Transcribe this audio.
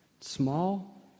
small